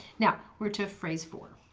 now we're to phrase four.